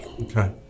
Okay